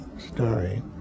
Story